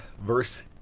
verse